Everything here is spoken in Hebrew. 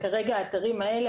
כרגע האתרים האלה,